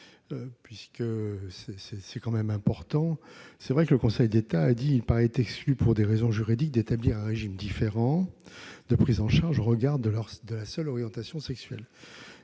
Conseil d'État. C'est important : il est vrai que le Conseil d'État a indiqué qu'il paraissait exclu, pour des raisons juridiques, d'établir un régime différent de prise en charge au regard de la seule orientation sexuelle.